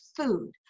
food